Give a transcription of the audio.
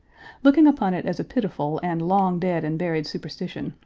looking upon it as a pitiful and long dead and buried superstition,